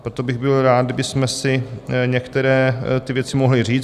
Proto bych byl rád, kdybychom si některé ty věci mohli říct.